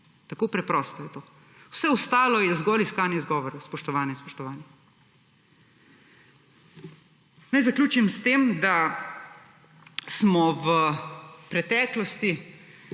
Tako preprosto je to. Vse ostalo je zgolj iskanje izgovorov, spoštovane in spoštovani. Naj zaključim s tem, da smo v preteklosti,